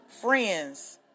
friends